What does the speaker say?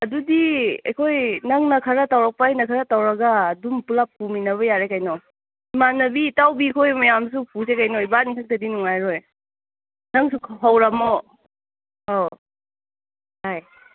ꯑꯗꯨꯗꯤ ꯑꯩꯈꯣꯏ ꯅꯪꯅ ꯈꯔ ꯇꯧꯔꯛꯄ ꯑꯩꯅ ꯈꯔ ꯇꯧꯔꯒ ꯑꯗꯨꯝ ꯄꯨꯟꯂꯞ ꯄꯨꯃꯤꯟꯅꯕ ꯌꯥꯔꯦ ꯀꯩꯅꯣ ꯏꯃꯥꯟꯅꯕꯤ ꯏꯇꯥꯎꯕꯤ ꯈꯣꯏ ꯃꯌꯥꯝꯁꯨ ꯄꯨꯁꯦ ꯀꯩꯅꯣ ꯏꯕꯥꯅꯤ ꯈꯛꯇꯗꯤ ꯅꯨꯡꯉꯥꯏꯔꯣꯏ ꯅꯪꯁꯨ ꯍꯧꯔꯝꯃꯣ ꯑꯧ ꯍꯣꯏ